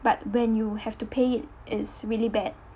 but when you have to pay it is really bad